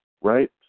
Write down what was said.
right